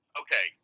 okay